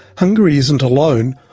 hungary isn't alone,